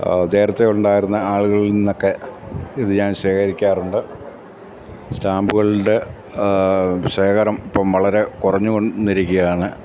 നേരത്തെയുണ്ടായിരുന്ന ആളുകളില് നിന്നൊക്കെ ഇത് ഞാൻ ശേഖരിക്കാറുണ്ട് സ്റ്റാമ്പുകളുടെ ശേഖരം ഇപ്പം വളരെ കുറഞ്ഞുവന്നിരിക്കുകയാണ്